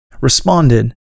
responded